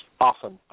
Awesome